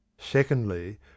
Secondly